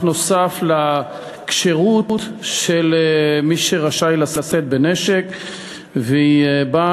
נוסף לכשירות של מי שרשאי לשאת נשק ולסתום